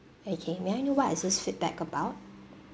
okay may I know what is this feedback about